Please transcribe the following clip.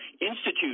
institute